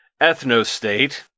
ethnostate